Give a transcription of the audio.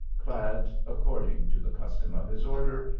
clad, according to the custom of his order,